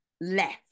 left